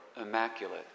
immaculate